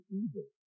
evil